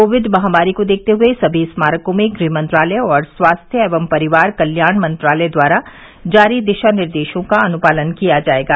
Covid महामारी को देखते हुए सभी स्मारकों में गृहमंत्रालय और स्वास्थ्य एवं परिवार कल्याण मंत्रालय द्वारा जारी दिशा निर्देशों का अनुपालन किया जाएगा